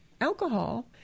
alcohol